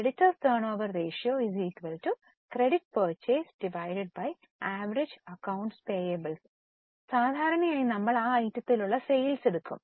creditors turn over ratio credit purchase average accounts payable അതിനാൽ സാധാരണയായി നമ്മൾ ആ ഐറ്റത്തിലുള്ള സെയിൽസ് എടുക്കും